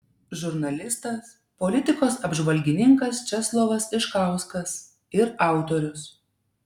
žurnalistas politikos apžvalgininkas česlovas iškauskas ir autorius